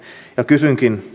kysynkin